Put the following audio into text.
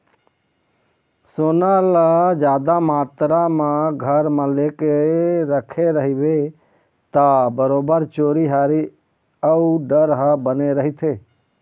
सोना ल जादा मातरा म घर म लेके रखे रहिबे ता बरोबर चोरी हारी अउ डर ह बने रहिथे